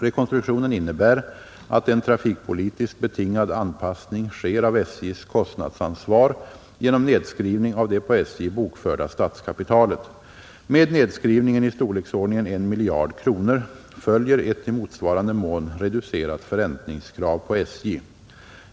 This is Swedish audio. Rekonstruktionen innebär, att en trafikpolitiskt betingad anpassning sker av SJ:s kostnadsansvar genom nedskrivning av det på SJ bokförda statskapitalet. Med nedskrivningen — i storleksordningen en miljard kronor — följer ett i motsvarande mån reducerat förräntningskrav på SJ.